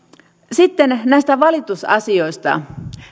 sitten näistä valitusasioista